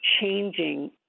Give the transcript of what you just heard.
changing